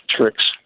tricks